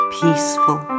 peaceful